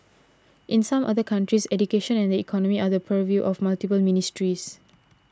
in some other countries education and the economy are the purview of multiple ministries